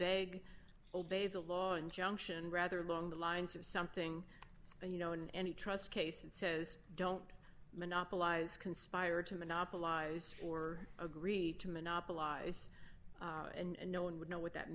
they obey the law injunction rather along the lines of something you know in any trust case and says don't monopolize conspire to monopolize or agreed to monopolize and no one would know what that